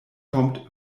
kommt